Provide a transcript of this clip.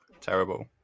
terrible